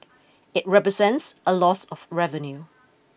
it represents a loss of revenue